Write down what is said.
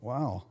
Wow